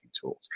tools